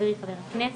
חברי חבר הכנסת.